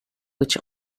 which